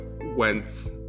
went